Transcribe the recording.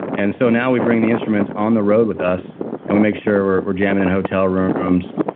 and so now, we bring the instruments on the road with us and we make sure we're we're jamming in hotel rooms.